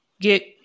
get